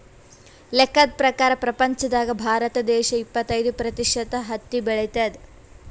ಲೆಕ್ಕದ್ ಪ್ರಕಾರ್ ಪ್ರಪಂಚ್ದಾಗೆ ಭಾರತ ದೇಶ್ ಇಪ್ಪತ್ತೈದ್ ಪ್ರತಿಷತ್ ಹತ್ತಿ ಬೆಳಿತದ್